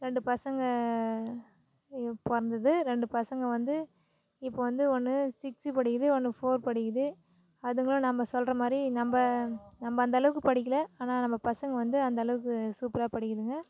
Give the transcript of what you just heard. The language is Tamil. ரெண்டு பசங்க பிறந்துது ரெண்டு பசங்க வந்து இப்போ வந்து ஒன்று சிக்ஸு படிக்குது ஒன்று ஃபோர் படிக்குது அதுங்களும் நம்ம சொல்கிற மாதிரி நம்ம நம்ம அந்த அளவுக்கு படிக்கலை ஆனால் நம்ம பசங்க வந்து அந்தளவுக்கு சூப்பராக படிக்குதுங்க